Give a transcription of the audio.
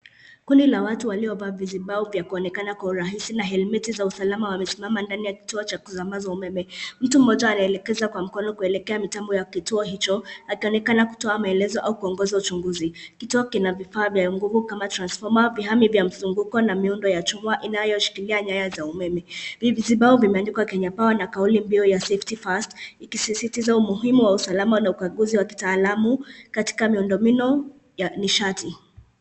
Kundi la watu waliovaa vizibao vya kuonekana kwa urahisi na helmeti za usalama wamesimama ndani ya kituo cha kusambaza umeme. Mtu mmoja anaelekeza kwa mkono kuelekea mtambo ya kituo hicho, akionekana kutoa maelezo au kuongoza uchunguzi. Kituo kina vifaa vya nguvu kama: transformer , vihami vya mzunguko na miundo ya chuma inayoshikilia nyaya za umeme. Vizibao vimeandikwa Kenya Power na kauli mbiu ya safety first , ikisisitiza umuhimu wa usalama na ukaguzi wa kitaalamu katika miundo mbinu ya nishati.